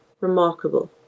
remarkable